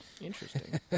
Interesting